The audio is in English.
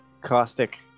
caustic